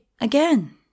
again